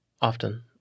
often